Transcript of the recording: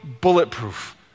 bulletproof